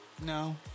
No